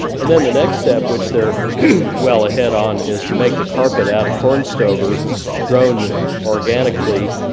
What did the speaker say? and then the next step which they're well ahead on is to make the carpet out of corn stover grown organically,